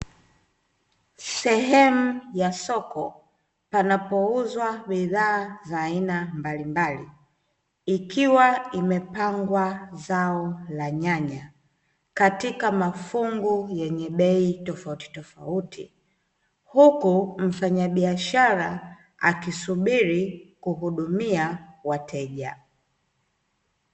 Sehemu ya soko panapouzwa bidhaa za aina mbalimbali, ikiwa imepangwa zao la nyanya katika mafungu yenye bei tofauti tofauti, huku mfanyabiashara akisubiri kuhudumia wateja.